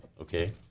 Okay